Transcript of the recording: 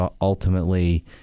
ultimately